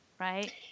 right